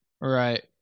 right